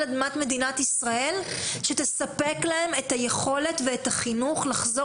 אדמת מדינת ישראל שתספק להם את היכולת ואת החינוך לחזור